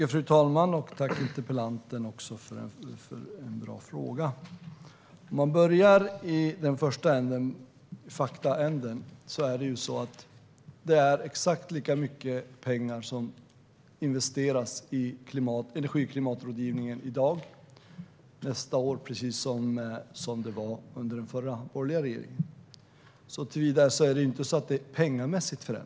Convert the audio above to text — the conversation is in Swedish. Fru talman! Jag vill tacka interpellanten för en bra fråga. Om vi börjar med att diskutera fakta kan vi se att det investeras exakt lika mycket pengar i energi och klimatrådgivningen i dag, och nästa år, som under den borgerliga regeringen. Såtillvida förändras det inte pengamässigt.